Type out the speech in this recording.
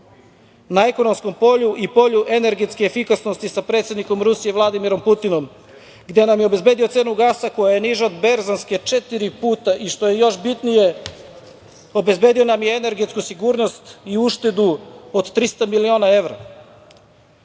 na ekonomskom polju i polju energetske efikasnosti sa predsednikom Rusije, Vladimirom Putinom, gde nam je obezbedio cenu gasa koja je niža od berzanske četiri puta i što je još bitnije obezbedio nam je energetsku sigurnost i uštedu od 300 miliona evra. Mogu